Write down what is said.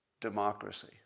democracy